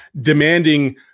demanding